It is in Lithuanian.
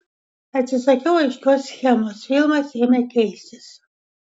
atsisakiau aiškios schemos filmas ėmė keistis